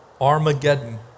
Armageddon